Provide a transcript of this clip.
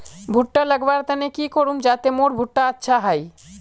भुट्टा लगवार तने की करूम जाते मोर भुट्टा अच्छा हाई?